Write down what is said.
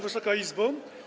Wysoka Izbo!